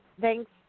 thanks